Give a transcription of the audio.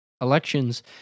elections